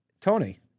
Tony